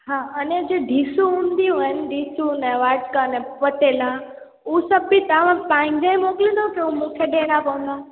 हा अने जो ढीसू हूंदियूं आहिनि ढीसू ने वाटका ने पटेला उहे सभु बि तव्हां पंहिंजा ई मोकिलिंदव की उहे मूंखे ॾियणा पवंदा